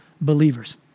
believers